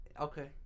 Okay